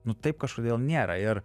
nu taip kažkodėl nėra ir